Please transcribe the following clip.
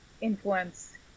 influence